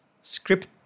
script